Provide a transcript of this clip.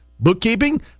bookkeeping